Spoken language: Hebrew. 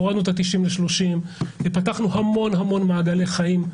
הורדנו את ה-90 ימים ל-30 ימים ופתחנו המון מעגלי חיים.